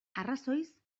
arrazoiz